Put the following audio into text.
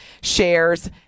shares